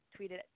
tweeted